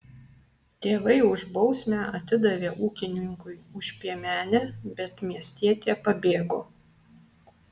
tėvai už bausmę atidavė ūkininkui už piemenę bet miestietė pabėgo